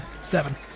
Seven